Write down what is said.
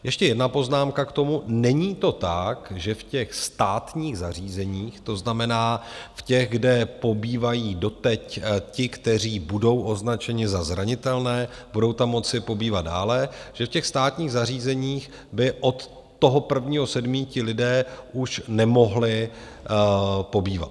Ještě jedna poznámka k tomu: není to tak, že v těch státních zařízeních to znamená v těch, kde pobývají doteď ti, kteří budou označeni za zranitelné, budou tam moci pobývat dále že v těch státních zařízeních by od toho 1. 7. ti lidé už nemohli pobývat.